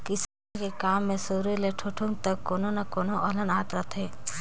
किसानी के काम मे सुरू ले ठुठुंग तक कोनो न कोनो अलहन आते रथें